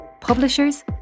publishers